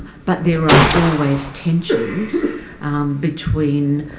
but there are always tensions between